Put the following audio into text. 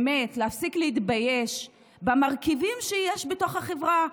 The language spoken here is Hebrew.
באמת נפסיק להתבייש במרכיבים שיש בתוך החברה,